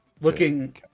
looking